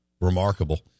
remarkable